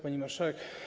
Pani Marszałek!